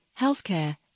healthcare